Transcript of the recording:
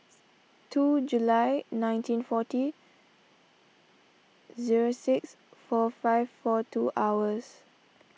two July nineteen forty zero six four five four two hours